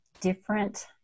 different